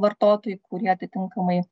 vartotojai kurie atitinkamai